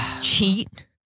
Cheat